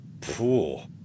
pool